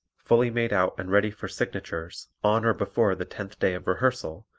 fully made out and ready for signatures, on or before the tenth day of rehearsal,